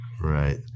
Right